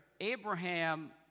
Abraham